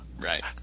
Right